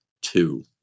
two